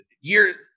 years